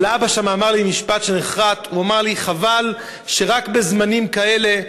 אבל האבא שם אמר לי משפט שנחרת: חבל שרק בזמנים כאלה,